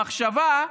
המחשבה,